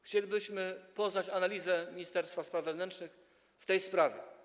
Chcielibyśmy poznać analizę ministerstwa spraw wewnętrznych dotyczącą tej sprawy.